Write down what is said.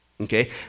Okay